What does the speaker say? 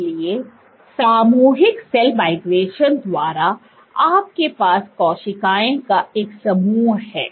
इसलिए सामूहिक cell migration द्वारा आपके पास कोशिकाओं का एक समूह है